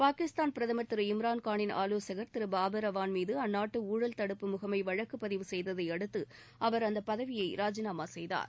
பாகிஸ்தான் பிரதம் திரு இம்ரான் கானின் ஆலோசகள் திரு பாபர் அவான் மீது அந்நாட்டு ஊழல் தடுப்பு முகமை வழக்கு பதிவு செய்ததை அடுத்து அவர் அந்த பதவியை ராஜினாமா செய்தார்